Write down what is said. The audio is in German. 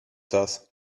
das